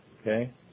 Okay